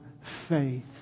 faith